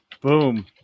boom